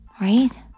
right